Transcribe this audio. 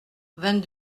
vingt